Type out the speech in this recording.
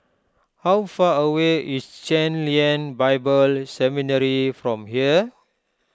how far away is Chen Lien Bible Seminary from here